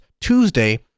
Tuesday